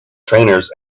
trainers